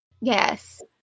Yes